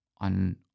on